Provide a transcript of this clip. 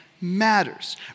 matters